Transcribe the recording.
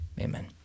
Amen